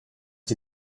sie